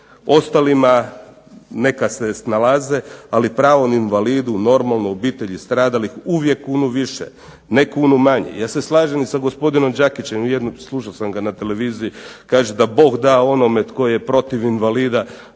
ostalima neka se snalaze, ali pravom invalidu, normalno obitelji stradalih uvijek kunu više, ne kunu manje. Ja se slažem i sa gospodinom Đakićem, slušao sam ga na televiziji, kaže da Bog dao onome tko je protiv invalida